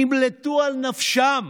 נמלטו על נפשם,